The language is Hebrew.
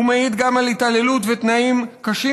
הוא מעיד גם על התעללות ותנאים קשים